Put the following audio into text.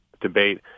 debate